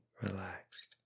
relaxed